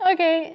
Okay